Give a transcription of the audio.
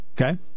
Okay